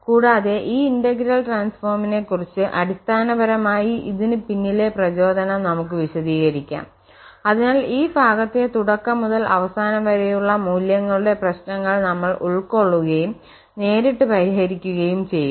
കൂടാതെ ഈ ഇന്റഗ്രൽ ട്രാൻസ്ഫോമിനെക്കുറിച്ച് അടിസ്ഥാനപരമായി ഇതിന് പിന്നിലെ പ്രചോദനം നമുക്ക് വിശദീകരിക്കാം അതിനാൽ ഈ ഭാഗത്തെ തുടക്കം മുതൽ അവസാനം വരെയുള്ള മൂല്യങ്ങളുടെ പ്രശ്നങ്ങൾ നമ്മൾ ഉൾക്കൊള്ളുകയും നേരിട്ട് പരിഹരിക്കുകയും ചെയ്യും